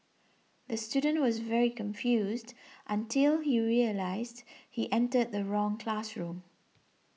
the student was very confused until he realised he entered the wrong classroom